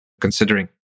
considering